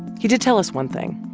he did tell us one thing.